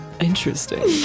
Interesting